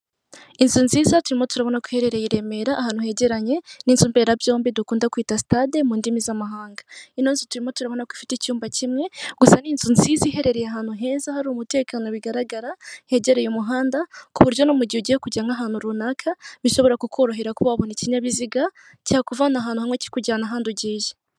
Inzu nziza turimo turabona ko iherereye iremera, ahantu hegeranye n'inzu mberabyombi dukunze kwita sitade mu indimi z'amahanga. Ino nzu turimo turabona ko ifite icyumba kimwe gusa ni inzu nziza iherereye ahantu heza hari umutekano bigaragara hegereye umuhanda kuburyo no mugihe ugiye ahantu runaka bishobora kukorohera kuba wabona ikinyabiziga cyakuvana ahantu hamwe cyikujyana ahandi ugiye.